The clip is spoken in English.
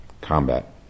combat